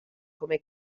come